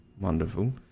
wonderful